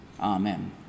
amen